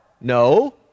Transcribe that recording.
No